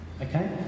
Okay